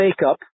makeup